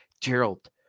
Gerald